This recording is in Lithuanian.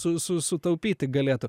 su su sutaupyti galėtų